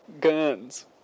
Guns